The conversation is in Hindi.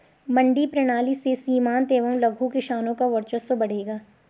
मंडी प्रणाली से सीमांत एवं लघु किसानों का वर्चस्व बढ़ेगा